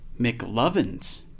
McLovins